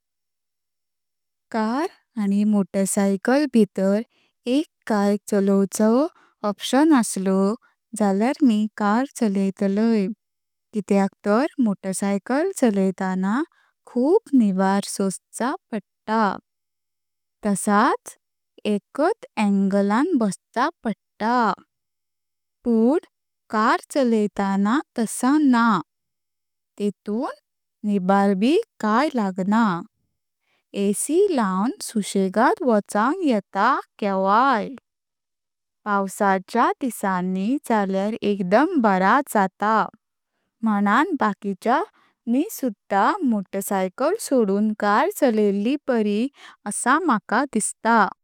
कार आनी मोटरसायकल भितर एक काय चलोवचो ऑप्शन आसलो जाल्यार मी कार चलायतालय कित्याक तर मोटरसायकल चलायताना खूब निबार सोश्चा पडता। तसाच एकट आंगल अन बस्चा पडता, पुण कार चलायताना तसा ना तेवण निबार ब कय लगणा। एसी लावन सुषेगात वाचनक येता केवाय, पावसाच्या दिसाणी जाल्यार एकदुम बरा जाता, म्हुणान बाकिच्यानी सुद्धा मोटरसायकल सोडून कार चलायल्ली बरी आस मका दिसता।